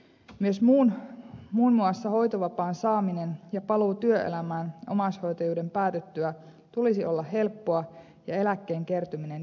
myös muun muassa hoitovapaan saamisen ja paluun työelämään omaishoitajuuden päätyttyä tulisi olla helppoa ja eläkkeen kertymisen järjestetty